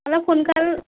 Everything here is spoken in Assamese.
অলপ সোনকাল